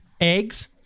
eggs